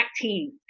Team